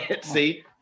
see